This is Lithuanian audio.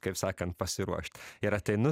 kaip sakant pasiruošt ir ateinu